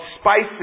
spices